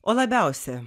o labiausia